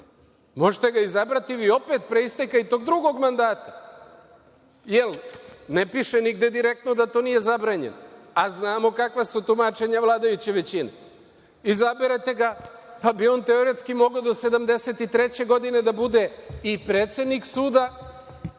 Možete ga vi opet izabrati pre isteka tog drugog mandata, ne piše nigde direktno da to nije zabranjeno, a znamo kakva su tumačenja vladajuće većine. Izaberete ga, pa bi on onda teoretski mogao do 73. godine da bude i predsednik suda